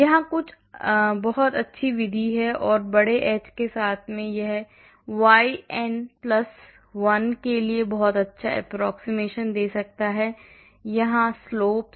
यहाँ कुछ बहुत अच्छी विधि है और बड़े h के साथ यह yn 1 के लिए बहुत अच्छा approximation दे सकता है यहाँ की slope से